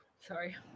Sorry